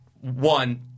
one